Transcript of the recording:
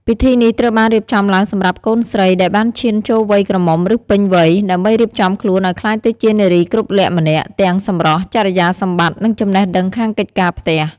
ពិធីនេះត្រូវបានរៀបចំឡើងសម្រាប់កូនស្រីដែលបានឈានចូលវ័យក្រមុំ ឬពេញវ័យ ដើម្បីរៀបចំខ្លួនឱ្យក្លាយទៅជានារីគ្រប់លក្ខណ៍ម្នាក់ ទាំងសម្រស់ ចរិយាសម្បត្តិ និងចំណេះដឹងខាងកិច្ចការផ្ទះ។